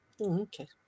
Okay